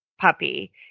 puppy